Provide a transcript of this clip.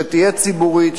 שתהיה ציבורית,